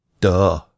Duh